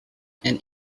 and